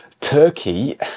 Turkey